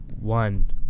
one